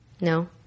No